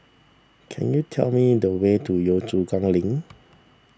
can you tell me the way to Yio Chu Kang Link